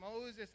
Moses